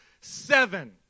Seven